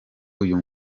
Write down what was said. uyu